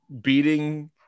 beating